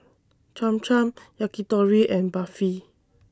Cham Cham Yakitori and Barfi